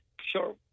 sure